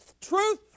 truth